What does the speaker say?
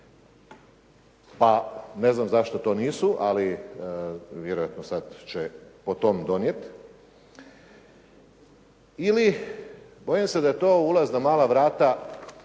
pa ne znam zašto to nisu, ali vjerojatno sada će o tome donijeti ili bojim se da je to ulaz na mala vrata